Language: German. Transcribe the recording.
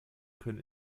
können